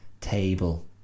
table